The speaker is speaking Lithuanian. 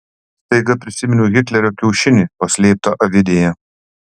staiga prisiminiau hitlerio kiaušinį paslėptą avidėje